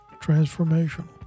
Transformational